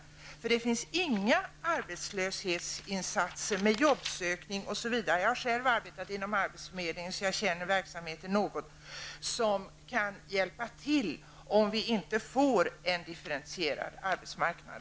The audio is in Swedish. Jag har själv arbetat inom arbetsförmedlingen så jag känner verksamheten något, och jag vet att det inte finns några arbetslöshetsinsatser såsom jobbsökning osv. som hjälper om vi inte får en differentierad arbetsmarknad.